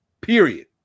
Period